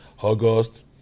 August